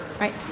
Right